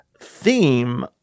theme